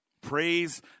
Praise